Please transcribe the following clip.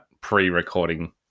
pre-recording